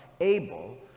Abel